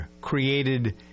created